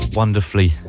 wonderfully